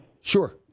Sure